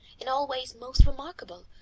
in all ways most remarkable,